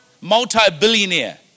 multi-billionaire